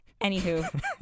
Anywho